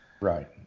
Right